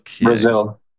Brazil